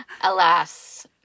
Alas